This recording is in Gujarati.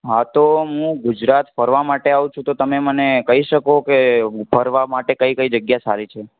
હા તો હું ગુજરાત ફરવા માટે આવું છું તો તમે મને કહી શકો કે ફરવા માટે કઈ કઈ જગ્યા સારી છે